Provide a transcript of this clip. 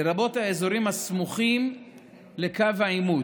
לרבות האזורים הסמוכים לקו העימות,